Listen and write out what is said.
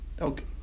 Okay